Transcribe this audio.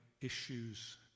issues